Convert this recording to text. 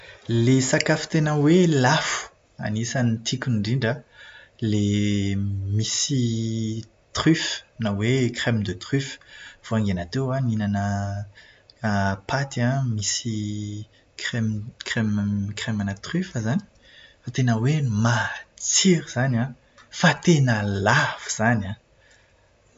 Ilay sakafo tena hoe lafo anisan'ny tiako indrindra an, ilay misy "truffes". Na hoe "crème de truffe". Vao hainga teo aho no nihinana paty an, misy crème- crème- crème ana "truffes" izany. Fa tena hoe matsiro izany an! Fa tena lafo izany an!